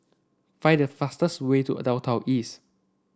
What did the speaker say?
find the fastest way to Downtown East